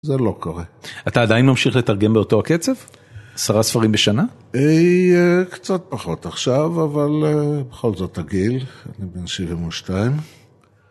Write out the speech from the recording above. זה לא קורה. אתה עדיין ממשיך לתרגם באותו הקצב? עשרה ספרים בשנה? קצת פחות עכשיו, אבל בכל זאת הגיל. אני בן 72.